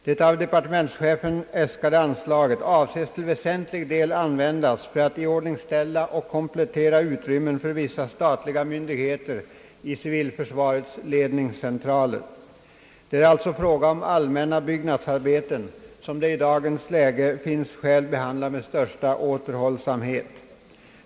Det av departementschefen äskade anslaget är till väsentlig del avsett att användas för att iordningställa och komplettera utrymmen för vissa statliga myndigheter i civilförsvarets ledningscentraler. Här gäller det alltså allmänna byggnadsarbeten som man i dagens läge har skäl att behandla med största återhållsamhet.